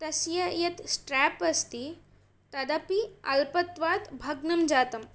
तस्य यत् स्ट्रेप् अस्ति तदपि अल्पत्वात् भग्नं जातम्